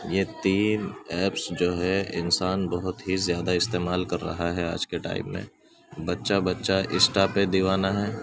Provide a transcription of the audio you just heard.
یہ تین ایپس جو ہے انسان بہت ہی زیادہ استعمال کر رہا ہے آج کے ٹائم میں بچہ بچہ انسٹا پہ دیوانہ ہے